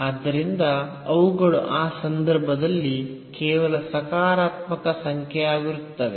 ಆದ್ದರಿಂದ ಅವುಗಳು ಆ ಸಂದರ್ಭದಲ್ಲಿ ಕೇವಲ ಸಕಾರಾತ್ಮಕ ಸಂಖ್ಯೆಯಾಗಿರುತ್ತವೆ